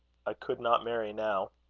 i could not marry now.